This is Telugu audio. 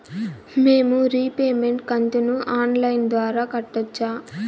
మేము రీపేమెంట్ కంతును ఆన్ లైను ద్వారా కట్టొచ్చా